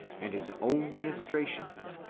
and his own ministrations,